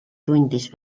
tundis